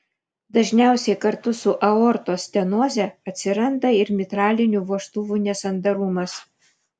dažniausiai kartu su aortos stenoze atsiranda ir mitralinių vožtuvų nesandarumas